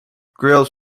grills